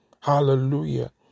Hallelujah